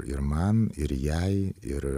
ir man ir jai ir